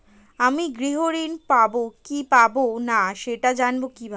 আমি গৃহ ঋণ পাবো কি পাবো না সেটা জানবো কিভাবে?